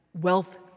wealth